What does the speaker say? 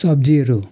सब्जीहरू